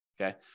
okay